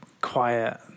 quiet